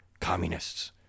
communists